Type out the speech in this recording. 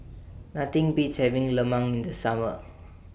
Nothing Beats having Lemang in The Summer